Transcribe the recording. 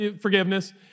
forgiveness